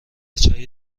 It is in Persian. چایی